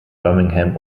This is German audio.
birmingham